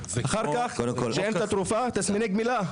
אחר כך, כשאין את התרופה, הם עוברים תסמיני גמילה.